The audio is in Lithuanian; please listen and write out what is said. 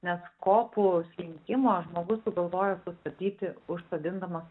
nes kopų slinkimą žmogus sugalvojo sustabdyti užsodindamas